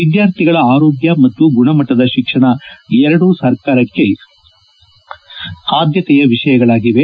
ವಿದ್ಯಾರ್ಥಿಗಳ ಆರೋಗ್ಯ ಮತ್ತು ಗುಣಮಟ್ಟದ ಶಿಕ್ಷಣ ಎರಡೂ ಸರ್ಕಾರಕ್ಕೆ ಆದ್ಯತೆಯ ವಿಷಯಗಳಾಗಿವೆ